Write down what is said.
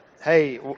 Hey